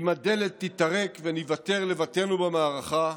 אם הדלת תיטרק וניוותר לבדנו במערכה,